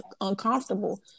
uncomfortable